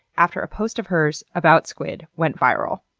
after a post of hers about squid went viral.